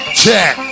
check